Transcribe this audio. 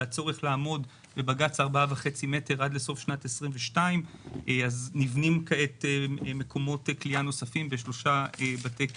והצורך לעמוד בבג"ץ 4.5 מטר עד לסוף שנת 2022. נבנים כעת מקומות כליאה נוספים בשלושה בתי כלא.